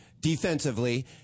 defensively